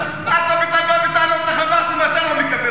מה אתה בא בטענות ל"חמאס" אם אתה לא מכבד הסכמים?